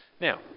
Now